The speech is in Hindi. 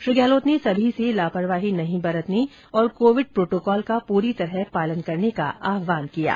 श्री गहलोत ने सभी से लापरवाही नहीं बरतने और कोविड प्रोटोकॉल का पूरी तरह पालन करने का आहवान किया है